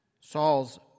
Saul's